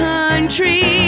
Country